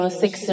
six